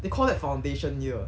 they call that foundation year